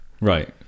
Right